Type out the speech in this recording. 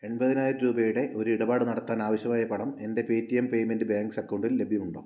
എൺപതിനായിരം രൂപയുടെ ഒരു ഇടപാട് നടത്താൻ ആവശ്യമായ പണം എൻ്റെ പേടിഎം പേയ്മെന്റ്സ് ബാങ്ക്സ് അക്കൗണ്ടിൽ ലഭ്യമുണ്ടോ